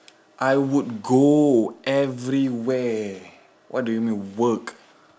I would go everywhere what do you mean work